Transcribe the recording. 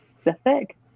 specific